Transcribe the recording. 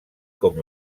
com